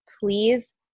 please